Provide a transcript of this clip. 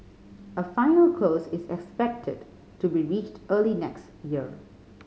a final close is expected to be reached early next year